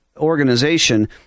organization